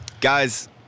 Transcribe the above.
Guys